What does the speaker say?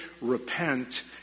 Repent